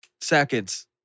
seconds